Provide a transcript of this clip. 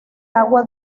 agua